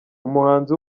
umuhanzi